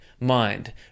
mind